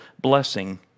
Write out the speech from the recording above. blessing